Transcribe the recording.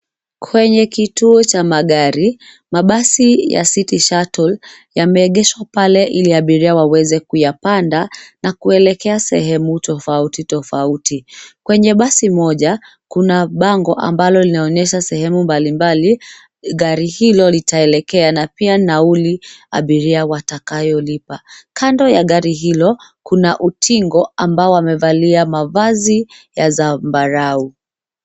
Kwenye kituo cha magari, mabasi ya City Shuttle yameegeshwa pale ili abiria waweze kuyapanda na kuelekea sehemu tofauti tofauti. Kwenye basi moja, kuna bango ambalo linaonyesha sehemu mbali mbali gari hilo litaelekea na pia nauli abiria watakayolipa. Kando ya gari hilo, kuna utingo ambao wamevalia mavazi ya zambarau.